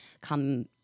come